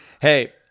Hey